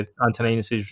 Antoninus